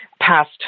past